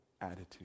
attitude